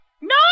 No